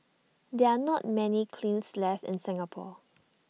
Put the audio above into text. there are not many kilns left in Singapore